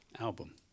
album